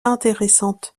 intéressante